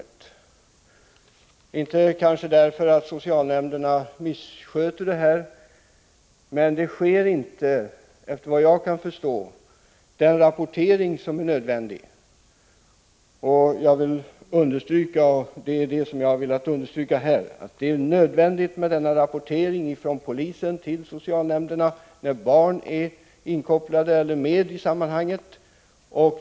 Jag vill inte påstå att socialnämnderna missköter saken, men såvitt jag kan förstå sker inte den rapportering som är nödvändig. Jag vill emellertid understryka att denna rapportering från polisen till socialnämnderna är nödvändig när barn är med i sammanhanget.